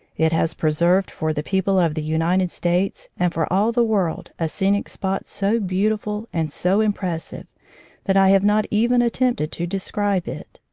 it has preserved for the people of the united states and for all the world a scenic spot so beautiful and so impressive that i have not even attempted to describe it.